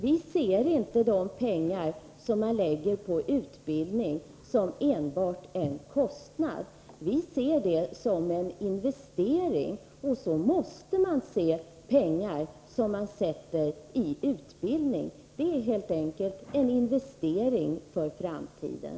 Vi uppfattar inte de pengar som läggs på utbildning enbart som en kostnad, utan vi ser dem som en investering — och så måste man se de pengar som satsas på utbildning. Det gäller helt enkelt en investering för framtiden.